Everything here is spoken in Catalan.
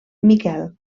miquel